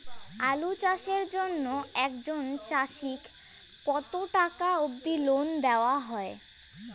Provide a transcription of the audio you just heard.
আলু চাষের জন্য একজন চাষীক কতো টাকা অব্দি লোন দেওয়া হয়?